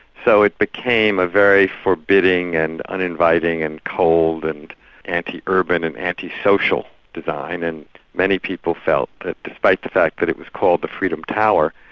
so it became a very forbidding and uninviting and cold and anti-urban and anti-social design, and many people felt that despite the fact that it was called the freedom tower,